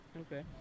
Okay